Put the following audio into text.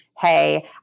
Hey